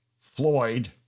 Floyd